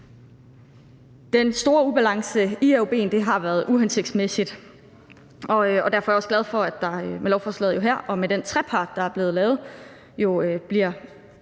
Den store ubalance i AUB'en har været uhensigtsmæssig, og derfor er jeg også glad for, at der med lovforslaget her og med den trepartsaftale, der er blevet lavet,